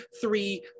three